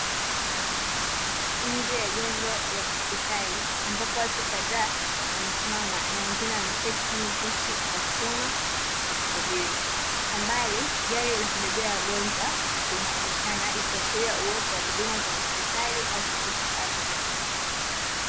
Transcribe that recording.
Nje ya jengo la hospitali, ambapo watu kadhaa wamesimama na wengine wameketi kwenye viti vya chuma wakisubiri, kwa mbali gari la kubebea wagonjwa linaonekana, ikiashiria uwepo wa huduma za hospitali au kituo cha afya.